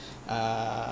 err